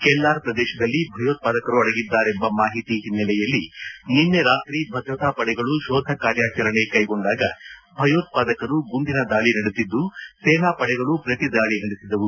ಕೆಲ್ಲಾರ್ ಪ್ರದೇಶದಲ್ಲಿ ಭಯೋತ್ಪಾದಕರು ಅಡಗಿದ್ದಾರೆಂಬ ಮಾಹಿತಿ ಹಿನ್ನೆಲೆಯಲ್ಲಿ ನಿನ್ನೆ ರಾತ್ರಿ ಭದ್ರತಾ ಪಡೆಗಳು ಶೋಧ ಕಾರ್ಯಾಚರಣೆ ಕೈಗೊಂಡಾಗ ಭಯೋತ್ಪಾದಕರು ಗುಂಡಿನ ದಾಳಿ ನಡೆಸಿದ್ದು ಸೇನಾ ಪಡೆಗಳು ಪ್ರತಿ ದಾಳಿ ನಡೆಸಿದವು